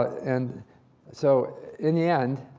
and so in the end,